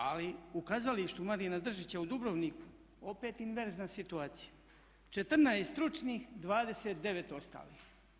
Ali u kazalištu Marina Držića u Dubrovniku opet inverzna situacija 14 stručnih, 29 ostalih.